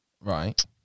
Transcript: Right